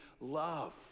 love